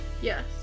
Yes